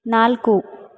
ನಾಲ್ಕು